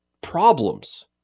problems